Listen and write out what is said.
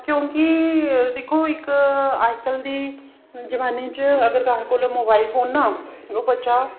क्योंकि दिक्खो इक अजकल दी जमाने च अगर कुसै कोल मोवाइल फोन ऐ ना ओह् बच्चा